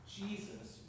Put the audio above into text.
jesus